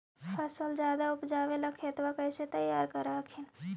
फसलबा ज्यादा उपजाबे ला खेतबा कैसे तैयार कर हखिन?